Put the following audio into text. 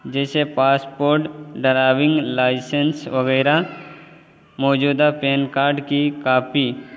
جیسے passport driving licence وغیرہ موجودہ پین کارڈ کی کاپی